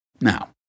Now